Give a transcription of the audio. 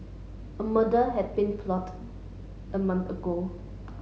a murder had been plot a month ago